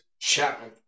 Chapman